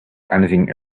anything